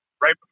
right